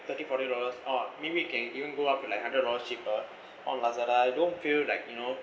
thirty forty dollars or maybe you can even go up to like hundred dollars cheaper on lazada I don't feel like you know